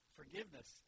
forgiveness